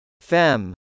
FEM